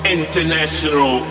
international